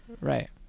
Right